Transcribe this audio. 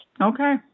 Okay